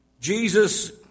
Jesus